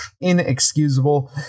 inexcusable